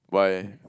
why eh